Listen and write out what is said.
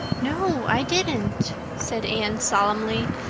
no, i didn't, said anne solemnly,